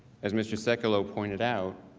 as mr. sekulow pointed out,